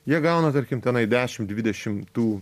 jie gauna tarkim tenai dešim dvidešim tų